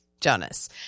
Jonas